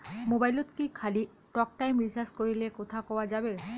মোবাইলত কি খালি টকটাইম রিচার্জ করিলে কথা কয়া যাবে?